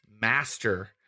master